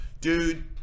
Dude